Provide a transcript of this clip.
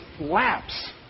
lapse